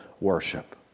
worship